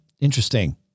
Interesting